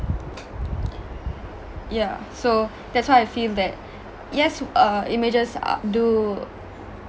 yeah so that's why I feel that yes uh images uh do